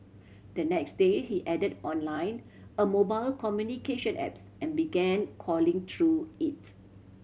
the next day he added on line a mobile communication apps and began calling through it